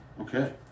Okay